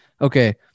Okay